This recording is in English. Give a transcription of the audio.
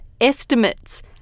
estimates